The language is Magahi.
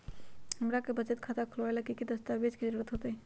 हमरा के बचत खाता खोलबाबे ला की की दस्तावेज के जरूरत होतई?